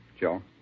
Joe